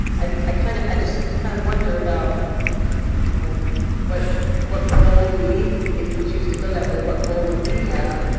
i, kind of, i just kind of wonder about you know what what goal do we, if we choose to go that way, what goal would we have,